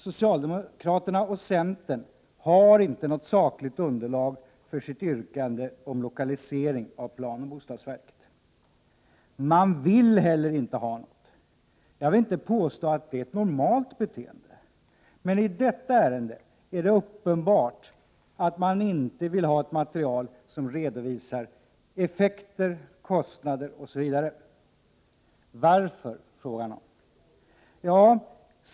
Socialdemokraterna och centern har inte något sakligt underlag för sitt yrkande om lokalisering av planoch bostadsverket. Man vill inte heller ha det. Jag vill inte påstå att det är ett normalt beteende, men i detta ärende är det uppenbart att man inte vill ha ett material som redovisar effekter, kostnader osv. Varför?